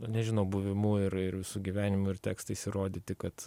nežinau buvimu ir ir visu gyvenimu ir tekstais įrodyti kad